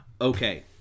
okay